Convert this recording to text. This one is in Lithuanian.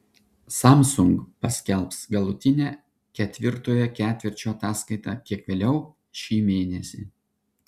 samsung paskelbs galutinę ketvirtojo ketvirčio ataskaitą kiek vėliau šį mėnesį